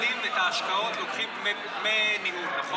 את ההשקעות לוקחים דמי ניהול, נכון?